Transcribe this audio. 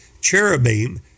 cherubim